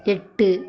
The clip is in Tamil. எட்டு